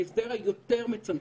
בהסדר היותר מצמצם,